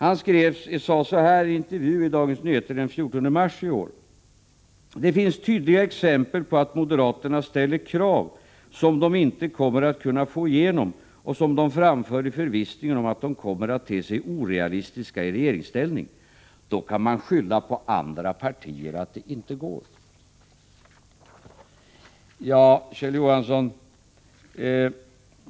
Han sade så här i en intervju i Dagens Nyheter den 14 mars i år: ”Det finns tydliga exempel på att moderaterna ställer krav som de inte kommer att kunna få igenom och som de framför i förvissningen om att de kommer att te sig orealistiska i regeringsställning. Då kan man skylla på andra partier att det inte går.” Kjell Johansson!